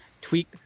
tweak